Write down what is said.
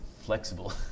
flexible